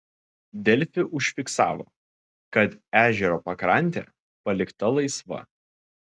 delfi užfiksavo kad ežero pakrantė palikta laisva